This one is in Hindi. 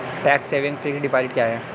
टैक्स सेविंग फिक्स्ड डिपॉजिट क्या है?